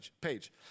page